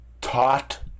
taught